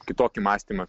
kitokį mąstymą